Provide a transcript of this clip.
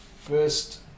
First